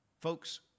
Folks